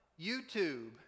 YouTube